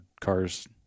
cars